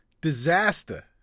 Disaster